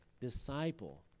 disciple